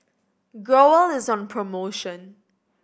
growell is on promotion